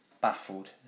baffled